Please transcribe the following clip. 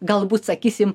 galbūt sakysim